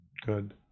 Good